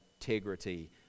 integrity